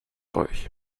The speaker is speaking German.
euch